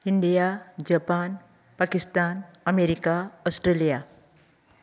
India Japan Pakistan America Australia